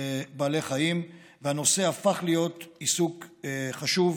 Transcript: בעלי חיים, והנושא הפך להיות עיסוק חשוב